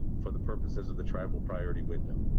for the purposes of the tribal priority window.